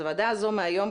אז הוועדה הזו מהיום,